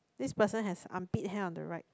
this person has armpit hand on the right